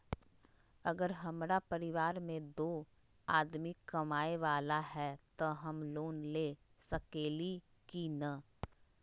अगर हमरा परिवार में दो आदमी कमाये वाला है त हम लोन ले सकेली की न?